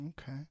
Okay